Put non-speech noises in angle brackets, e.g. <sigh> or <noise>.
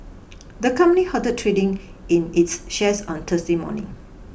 <noise> the company halted trading in its shares on Thursday morning